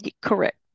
Correct